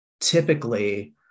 typically